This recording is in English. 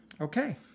Okay